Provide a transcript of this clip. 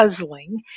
puzzling